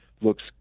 looks